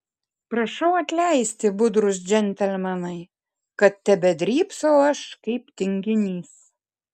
prašau atleisti budrūs džentelmenai kad tebedrybsau aš kaip tinginys